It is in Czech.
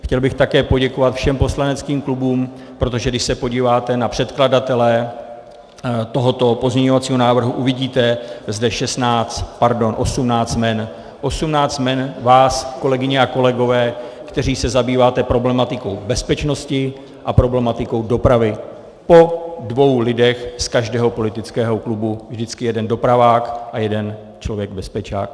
Chtěl bych také poděkovat všem poslaneckým klubům, protože když se podíváte na předkladatele tohoto pozměňovacího návrhu, uvidíte zde 18 jmen vás, kolegyně a kolegové, kteří se zabýváte problematikou bezpečnosti a problematikou dopravy, po dvou lidech z každého politického klubu vždycky jeden dopravák a jeden člověk bezpečák.